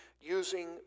using